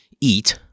eat –